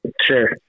Sure